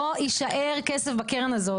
לא יישאר כסף בקרן הזאת.